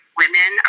women